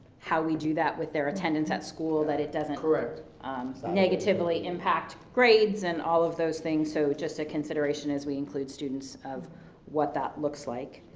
how we do that with their attendance at school, that it doesn't, negatively impact grades and all of those things. so just a consideration as we include students of what that looks like.